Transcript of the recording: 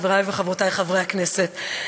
חברי וחברותי חברי הכנסת,